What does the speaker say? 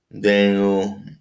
Daniel